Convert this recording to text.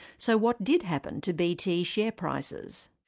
so what did happen to bt share prices?